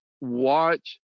watch